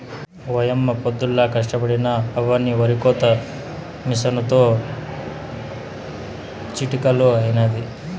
ఓయమ్మ పొద్దుల్లా కష్టపడినా అవ్వని ఒరికోత మిసనుతో చిటికలో అయినాది